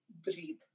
breathe